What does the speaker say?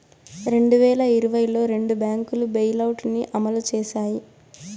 రెండు వేల ఇరవైలో రెండు బ్యాంకులు బెయిలౌట్ ని అమలు చేశాయి